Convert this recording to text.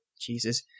Jesus